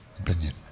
opinion